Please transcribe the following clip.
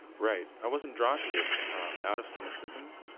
right. i wasn't drawn to this out of cynicism,